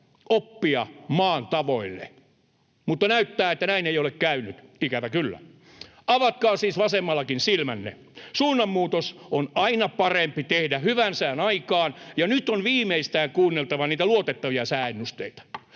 oppia maan tavoille. Mutta näyttää siltä, että näin ei ole käynyt, ikävä kyllä. Avatkaa siis vasemmallakin silmänne. Suunnanmuutos on aina parempi tehdä hyvän sään aikaan, ja nyt on viimeistään kuunneltava luotettavia sääennusteita.